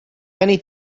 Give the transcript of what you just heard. many